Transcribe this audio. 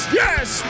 yes